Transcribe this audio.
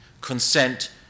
consent